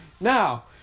now